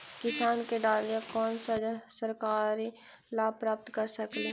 किसान के डालीय कोन सा सरकरी लाभ प्राप्त कर सकली?